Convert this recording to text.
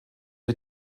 wir